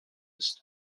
ist